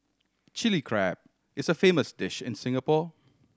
Chilli Crab is a famous dish in Singapore